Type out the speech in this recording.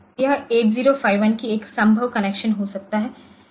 तो यह 8051 की एक संभव कनेक्शन हो सकता है